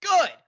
good